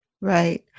Right